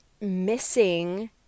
missing